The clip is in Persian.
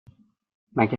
مگه